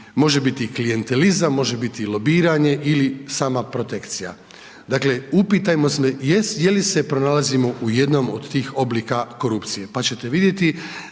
može biti klijentizam, može biti i lobiranje ili sama protekcija. Dakle, upitajmo se je li se pronalazimo u jednoj od tih oblika korupcije. Pa ćete vidjeti,